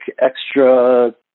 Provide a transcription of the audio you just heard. extra